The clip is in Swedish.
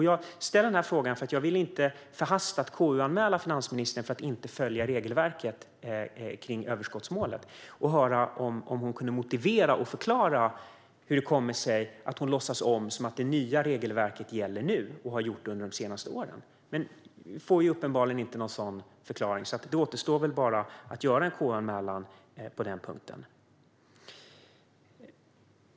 Jag ställer min fråga för att jag inte förhastat vill KU-anmäla finansministern för att hon inte följer regelverket kring överskottsmålet. Jag undrade om hon kan motivera och förklara hur det kommer sig att hon låtsas som att det nya regelverket gäller nu och har gjort det under de senaste åren. Men jag får uppenbarligen inte någon sådan förklaring. Då återstår väl bara att göra en KU-anmälan på denna punkt.